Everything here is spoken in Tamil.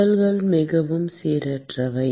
துகள்கள் மிகவும் சீரற்றவை